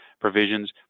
provisions